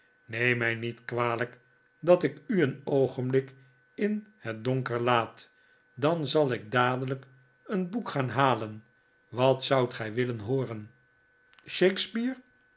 neem mij niet kwalijk dat ik u een oogenblik in het donker laatj dan zal ik dadelijk een boek gaan halen wat zoudt gij willen hooren shakespeare